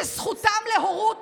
שזכותם להורות